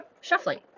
shuffling